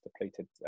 depleted